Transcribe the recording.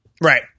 Right